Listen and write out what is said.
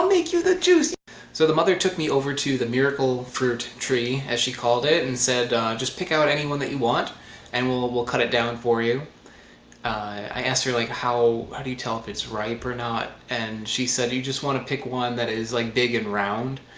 make you the juice so the mother took me over to the miracle fruit tree as she called it and said just pick out any one that you want and we'll we'll cut it down for you i asked her like how how do you tell if it's ripe or not? and she said you just want to pick one that is like big and round